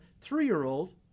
three-year-old